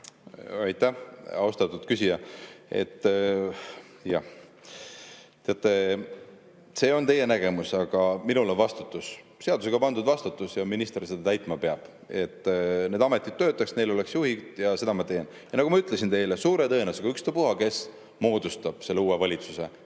Aitäh, austatud küsija! Teate, see on teie nägemus, aga minul on vastutus, seadusega pandud vastutus, ja minister seda täitma peab, et need ametid töötaks, neil oleks juhid, ja seda ma teen. Nagu ma ütlesin teile, suure tõenäosusega – ükspuha, kes moodustab uue valitsuse